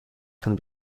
can